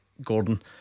Gordon